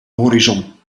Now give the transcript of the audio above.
horizon